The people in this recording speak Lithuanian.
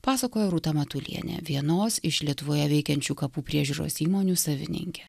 pasakoja rūta matulienė vienos iš lietuvoje veikiančių kapų priežiūros įmonių savininkė